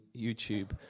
YouTube